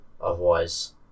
Otherwise